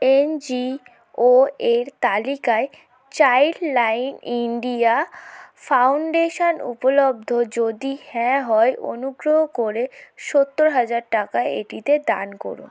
NGO এর তালিকায় Childline India Foundation উপলব্ধ যদি হ্যাঁ হয় অনুগ্রহ করে সত্তর হাজার টাকা এটিতে দান করুন